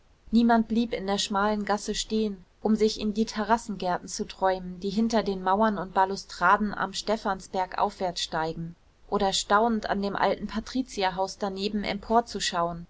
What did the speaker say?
niemand blieb in der schmalen gasse stehen um sich in die terrassengärten zu träumen die hinter den mauern und balustraden am stephansberg aufwärts steigen oder staunend an dem alten patrizierhaus daneben empor